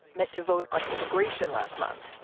met to vote on immigration last month,